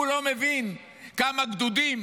הוא לא מבין כמה גדודים,